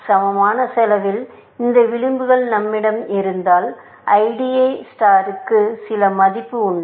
சமமான செலவில் இந்த விளிம்புகள் நம்மிடம் இருந்தாலும் IDA நட்சத்திரத்திற்கு சில மதிப்பு உண்டு